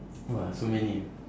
!wah! so many